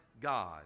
God